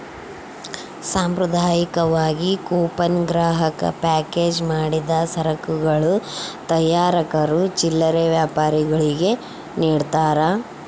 ಸಾಂಪ್ರದಾಯಿಕವಾಗಿ ಕೂಪನ್ ಗ್ರಾಹಕ ಪ್ಯಾಕೇಜ್ ಮಾಡಿದ ಸರಕುಗಳ ತಯಾರಕರು ಚಿಲ್ಲರೆ ವ್ಯಾಪಾರಿಗುಳ್ಗೆ ನಿಡ್ತಾರ